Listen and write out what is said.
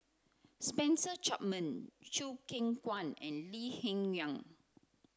Spencer Chapman Chew Kheng Chuan and Lee Hsien Yang